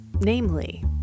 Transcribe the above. namely